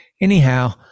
Anyhow